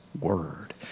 word